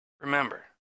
Remember